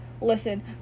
listen